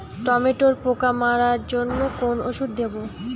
টমেটোর পোকা মারার জন্য কোন ওষুধ দেব?